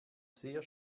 sehr